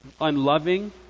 unloving